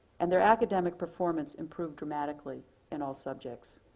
and their academic performance improved dramatically in all subjects.